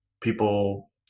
people